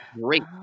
great